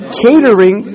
catering